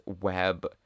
web